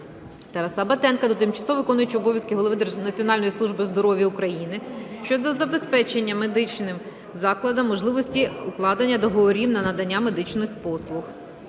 Тараса Батенка до тимчасово виконуючого обов'язки Голови Національної служби здоров'я України щодо забезпечення медичним закладам можливості укладення договорів на надання медичних послуг.